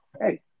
hey